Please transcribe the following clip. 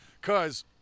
Cause